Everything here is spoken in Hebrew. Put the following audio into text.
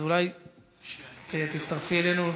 אז אולי תצטרפי אלינו,